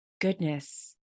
goodness